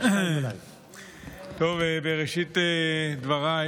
בראשית דבריי